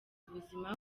ubuzima